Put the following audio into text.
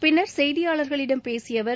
பின்னர் செய்தியாளர்களிடம் பேசியஅவர்